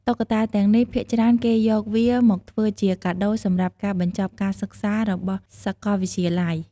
តុក្កតាទាំងនេះ ភាគច្រើនគេយកវាមកធ្វើជាកាដូសម្រាប់ការបញ្ចប់ការសិក្សារបស់សាកលវិទ្យាល័យ។